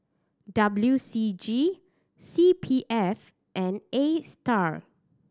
W C G C P F and Astar